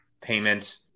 payment